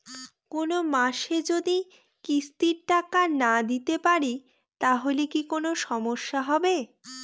কোনমাসে যদি কিস্তির টাকা না দিতে পারি তাহলে কি কোন সমস্যা হবে?